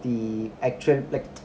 the actual plat~